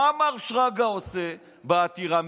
מה מר שרגא עושה בעתירה?